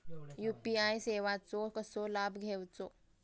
UPI सेवाचो कसो लाभ घेवचो?